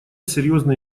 серьезный